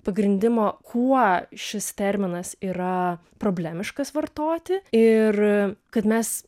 pagrindimo kuo šis terminas yra problemiškas vartoti ir kad mes